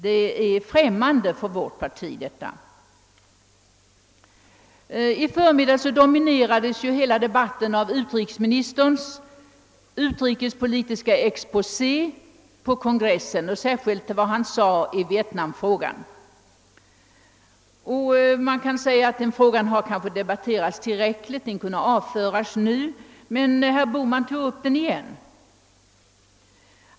Detta är främmande för vårt parti. I förmiddags dominerades inläggen här av synpunkter på utrikesministerns utrikespolitiska exposé på kongressen och särskilt vad han hade sagt i Vietnamfrågan. Man kan tycka att den frågan har debatterats tillräckligt och kunde avföras nu, men herr Bohman tog upp den igen.